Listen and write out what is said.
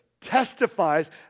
testifies